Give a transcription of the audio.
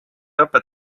koguduse